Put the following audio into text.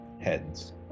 Heads